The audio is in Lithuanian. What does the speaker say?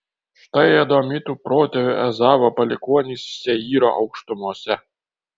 štai edomitų protėvio ezavo palikuonys seyro aukštumose